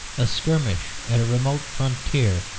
a skirmish at a remote frontier,